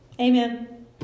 Amen